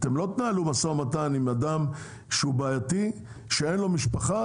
אתם לא תנהלו משא ומתן עם אדם שהוא בעייתי ואין לו משפחה.